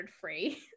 free